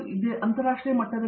ದೇಶಪಾಂಡೆ ಅಂತರರಾಷ್ಟ್ರೀಯ ಮಟ್ಟದಲ್ಲಿ